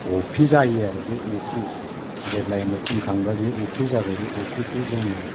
अफ्रि जायो आरो बे अफ्रि जेब्ला एमाव फुनखांबा बेयो अफ्रि जाबाय बे